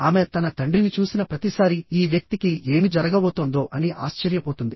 ఆమె తన తండ్రిని చూసిన ప్రతిసారీ ఈ వ్యక్తికి ఏమి జరగబోతోందో అని ఆశ్చర్యపోతుంది